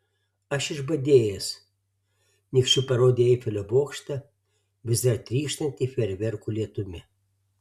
aš išbadėjęs nykščiu parodė į eifelio bokštą vis dar trykštantį fejerverkų lietumi